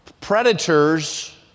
predators